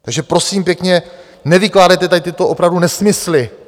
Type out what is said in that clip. Takže prosím pěkně, nevykládejte tady tyto opravdu nesmysly!